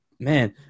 Man